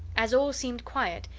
as all seemed quiet,